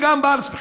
ובארץ בכלל.